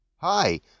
Hi